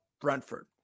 Brentford